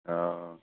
हँ